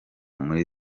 muri